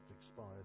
expired